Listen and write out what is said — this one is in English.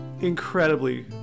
incredibly